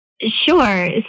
Sure